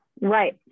Right